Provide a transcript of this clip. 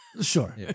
Sure